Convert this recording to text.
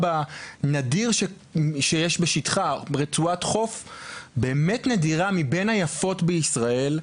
הנדיר שיש בשטחה רצועת חוף באמת נדירה מבין היפות בישראל.